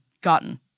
gotten